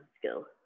skill